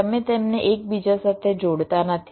તમે તેમને એકબીજા સાથે જોડતા નથી